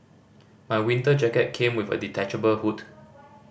my winter jacket came with a detachable hood